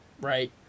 right